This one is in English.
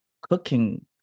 cooking